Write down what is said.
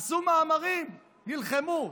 עשו מאמרים, נלחמו.